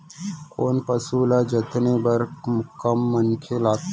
कोन पसु ल जतने बर कम मनखे लागथे?